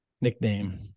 nickname